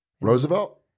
Roosevelt